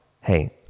Hey